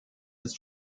ist